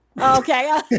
Okay